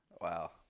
Wow